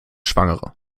schwangere